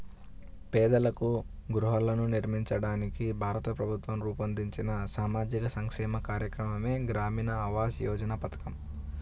పేదలకు గృహాలను నిర్మించడానికి భారత ప్రభుత్వం రూపొందించిన సామాజిక సంక్షేమ కార్యక్రమమే గ్రామీణ ఆవాస్ యోజన పథకం